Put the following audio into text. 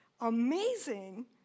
amazing